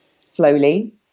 slowly